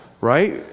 Right